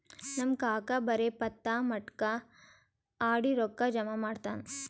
ನಮ್ ಕಾಕಾ ಬರೇ ಪತ್ತಾ, ಮಟ್ಕಾ ಆಡಿ ರೊಕ್ಕಾ ಜಮಾ ಮಾಡ್ತಾನ